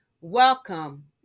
welcome